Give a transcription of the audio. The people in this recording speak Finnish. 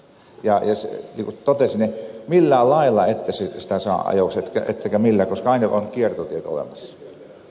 niin kuin totesin millään lailla ette sitä saa ajoiksi ettekä millään koska aina on kiertotiet olemassa